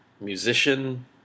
musician